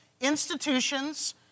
institutions